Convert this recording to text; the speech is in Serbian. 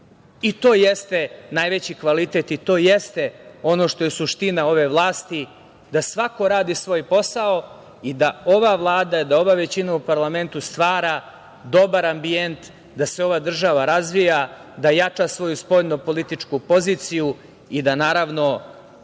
i to jeste najveći kvalitet i to jeste ono što je suština ove vlasti, da svako radi svoj posao i da ova Vlada, ova većina u parlamentu stvara dobar ambijent, da se ova država razvija, da jača svoju spoljno političku poziciju i da naravno